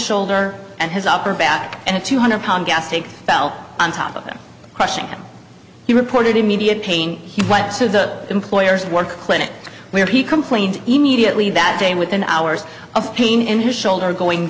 shoulder and his upper back and a two hundred pound gas take fell on top of him crushing him he reported immediate pain he went to the employer's work clinic where he complained immediately that day within hours of pain in his shoulder going